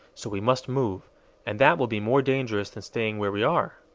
so we must move and that will be more dangerous than staying where we are.